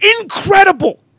incredible